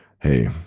Hey